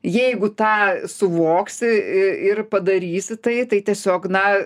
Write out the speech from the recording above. jeigu tą suvoksi ir ir padarysi tai tai tiesiog na